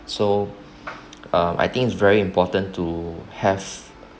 so um I think it's very important to have